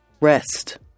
Rest